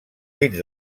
dits